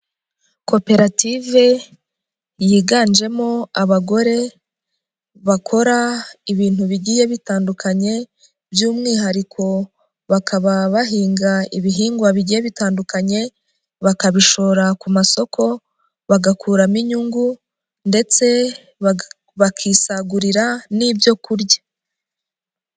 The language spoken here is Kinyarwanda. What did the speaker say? Koperative yiganjemo abagore bakora ibintu bigiye bitandukanye, by'umwihariko bakaba bahinga ibihingwa bigiye bitandukanye, bakabishora ku masoko bagakuramo inyungu, ndetse bakisagurira n'ibyo kurya.